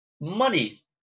money